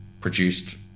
produced